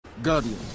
Guardian